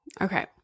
Okay